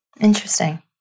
Interesting